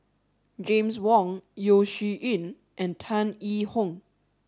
James Wong Yeo Shih Yun and Tan Yee Hong